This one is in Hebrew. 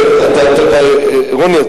רוני,